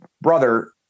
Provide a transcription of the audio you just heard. brother